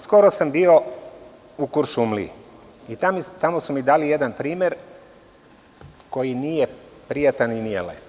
Skoro sam bio u Kuršumliji i tamo su mi dali jedan primer koji nije prijatan i nije lep.